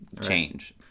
change